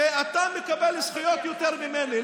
שאתה מקבל זכויות יותר ממני.